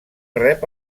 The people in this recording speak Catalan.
rep